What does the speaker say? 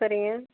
சரிங்க